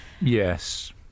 Yes